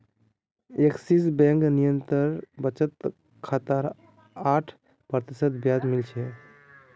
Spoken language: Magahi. एक्सिस बैंक निरंतर बचत खातात आठ प्रतिशत ब्याज मिल छेक